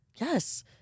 Yes